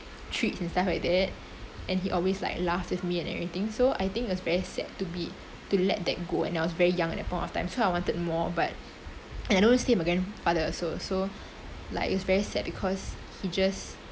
treats and stuff like that and he always like laugh with me and everything so I think it's very sad to be to let that go and I was very young at that point of time so I wanted more but I know the state of my grandfather also so like it was very sad because he just